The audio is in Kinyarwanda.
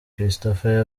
christopher